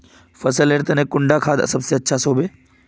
फसल लेर तने कुंडा खाद ज्यादा अच्छा सोबे?